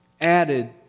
added